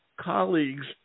colleagues